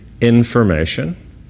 information